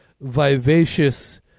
vivacious